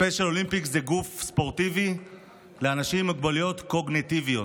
ספיישל אולימפיקס זה גוף ספורטיבי לאנשים עם מוגבלויות קוגניטיביות.